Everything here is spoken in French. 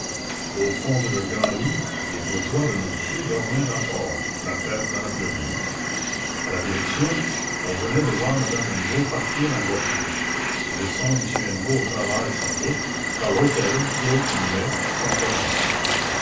au fond de leurs grands lits les bourgeois de montsou dormaient encore la tête dans la plume a la direction on venait de voir madame hennebeau partir en voiture laissant m hennebeau au travail sans doute car l'hôtel clos et muet semblait mort